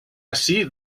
ací